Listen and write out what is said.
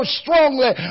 strongly